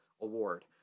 award